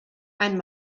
ein